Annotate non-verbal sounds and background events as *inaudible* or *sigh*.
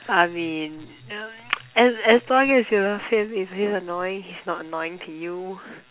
I mean uh *noise* as as long as your annoying he's not annoying to you